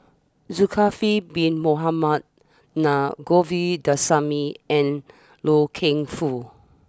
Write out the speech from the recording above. Zulkifli Bin Mohamed Na Govindasamy and Loy Keng Foo